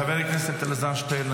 חבר הכנסת אלעזר שטרן,